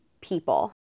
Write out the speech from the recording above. people